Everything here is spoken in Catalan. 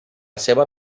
ceba